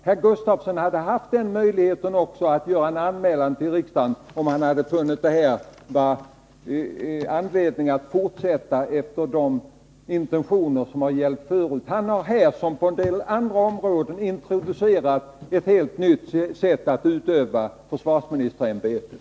Herr Gustafsson hade också möjligheten att göra en anmälan till riksdagen, om han hade velat följa de intentioner som gällt förut. Men han har här som på en del andra områden introducerat ett helt nytt sätt att utöva försvarsministerämbetet.